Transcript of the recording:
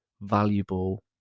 valuable